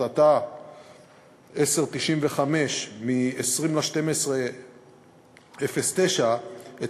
בהחלטתה מס' 1095 מ-20 בדצמבר 2009 את